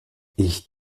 ich